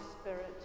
Spirit